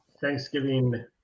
Thanksgiving